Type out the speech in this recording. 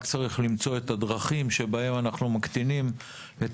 רק צריך למצוא את הדרכים שבהם אנחנו מקטינים את